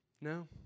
No